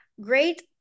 great